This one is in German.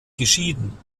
geschieden